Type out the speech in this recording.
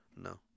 No